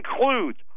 includes